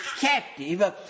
captive